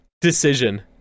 decision